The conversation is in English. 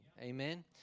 Amen